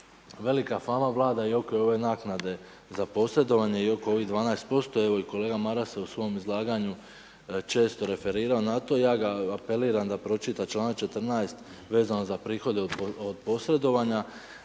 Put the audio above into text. Velika fama Vlada i oko ove naknade za posredovanje i oko ovih 12%. Evo i kolega Maras se u svom izlaganju često referirao na to. Ja ga apeliram da pročita članak 14 vezano za prihode od posredovanja